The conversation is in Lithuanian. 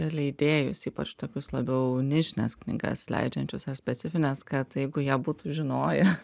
leidėjus ypač tokius labiau nišines knygas leidžiančius ar specifines kad jeigu jie būtų žinoję